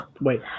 Wait